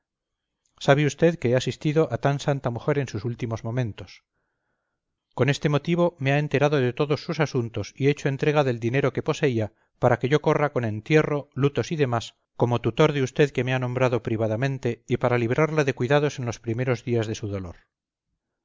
sabe usted que he asistido a tan santa mujer en sus últimos momentos con este motivo me ha enterado de todos sus asuntos y hecho entrega del dinero que poseía para que yo corra con entierro lutos y demás como tutor de usted que me ha nombrado privadamente y para librarla de cuidados en los primeros días de su dolor